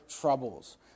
troubles